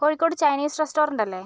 Kozhikode Chinese restaurant അല്ലേ